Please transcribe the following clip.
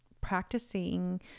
practicing